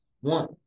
One